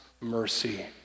mercy